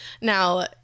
Now